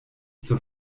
zur